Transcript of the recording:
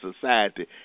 society